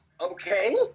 okay